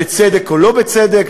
בצדק או שלא בצדק,